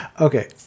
okay